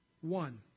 One